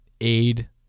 aid